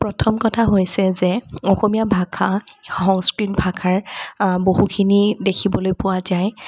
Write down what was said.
প্ৰথম কথা হৈছে যে অসমীয়া ভাষা সংস্কৃত ভাষাৰ বহুখিনি দেখিবলৈ পোৱা যায়